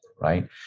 right